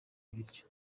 ibiryo